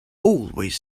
always